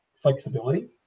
flexibility